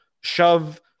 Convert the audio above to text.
shove